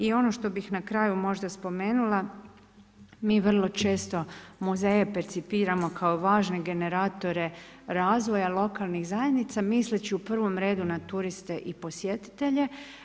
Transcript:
I ono što bih na kraju možda spomenula, mi vrlo često muzeje percipiramo kao važne generatore razvoja lokalnih zajednica misleći u prvom redu na turiste i posjetitelje.